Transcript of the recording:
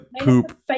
poop